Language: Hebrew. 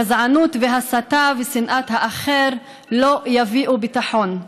גזענות והסתה ושנאת האחר לא יביאו ביטחון,